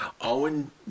Owen